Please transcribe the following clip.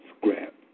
scrap